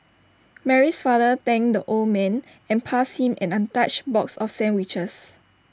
Mary's father thanked the old man and passed him an untouched box of sandwiches